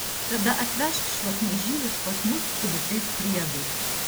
tada atvežk šiuos mažylius pas mus su visais priedais